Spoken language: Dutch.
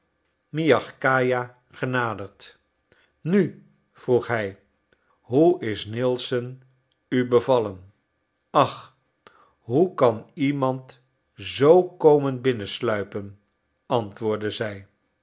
miagkaja genaderd nu vroeg hij hoe is nilson u bevallen ach hoe kan iemand zoo komen binnen sluipen antwoordde zij